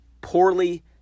poorly